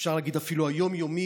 אפשר להגיד אפילו היום-יומית,